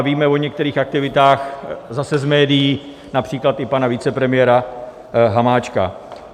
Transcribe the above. Víme o některých aktivitách zase z médií, například i pana vicepremiéra Hamáčka.